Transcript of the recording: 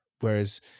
Whereas